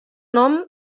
nom